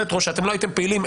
רטרואקטיבית,